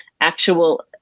actual